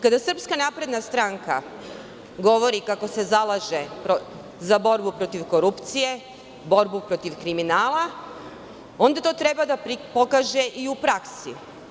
Kada SNS govori kako se zalaže za borbu protiv korupcije, borbu protiv kriminala onda to treba da pokaže i u praksi.